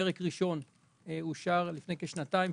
הפרק הראשון אושר לפני כשנתיים,